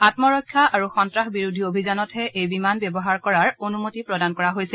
আম্মৰক্ষা আৰু সন্নাসবিৰোধী অভিযানতহে এই বিমান ব্যৱহাৰ কৰাৰ অনুমতি প্ৰদান কৰা হৈছিল